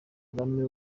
kagame